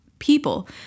people